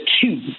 two